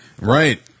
right